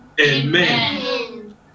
Amen